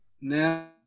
now